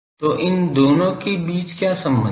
तो इन दोनों के बीच क्या संबंध है